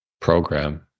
program